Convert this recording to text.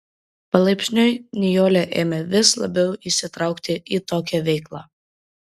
palaipsniui nijolė ėmė vis labiau įsitraukti į tokią veiklą